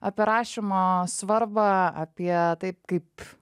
apie rašymo svarbą apie taip kaip